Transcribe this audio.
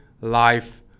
life